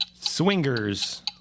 Swingers